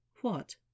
What